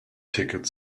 ticket